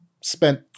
spent